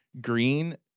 green